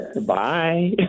bye